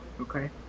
Okay